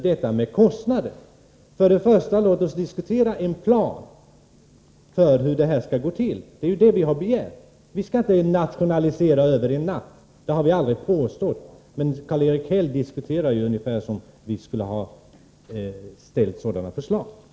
Låt oss först och främst diskutera en plan för hur det här skall gå till! Det är det vi har begärt. Vi har aldrig påstått att nationaliseringen skall ske över en natt, men Karl-Erik Häll resonerar ungefär som om vi skulle ha framfört förslag i den riktningen.